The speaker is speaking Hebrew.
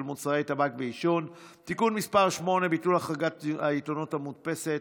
מוצרי טבק ועישון (תיקון מס' 8) (ביטול החרגת העיתונות המודפסת),